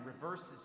reverses